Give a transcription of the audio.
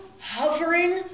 hovering